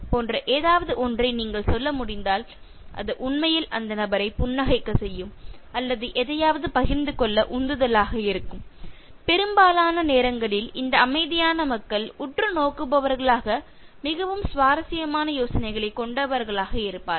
போன்ற ஏதாவது ஒன்றை நீங்கள் சொல்ல முடிந்தால் அது உண்மையில் அந்த நபரைப் புன்னகைக்கச் செய்யும் அல்லது எதையாவது பகிர்ந்து கொள்ள உந்துதலாக இருக்கும் பெரும்பாலான நேரங்களில் இந்த அமைதியான மக்கள் உற்றுநோக்குபவர்களாக மிகவும் சுவாரஸ்யமான யோசனைகளைக் கொண்டவர்களாக இருப்பார்கள்